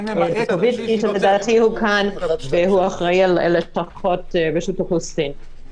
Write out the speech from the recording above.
יואל אחראי לפחות על רשות האוכלוסין.